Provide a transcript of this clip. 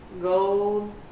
Gold